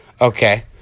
Okay